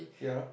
ya